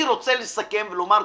אני רוצה לסכם ולומר כך: